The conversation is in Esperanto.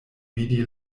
vidi